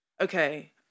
Okay